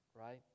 right